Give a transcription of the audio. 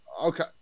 okay